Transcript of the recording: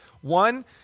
One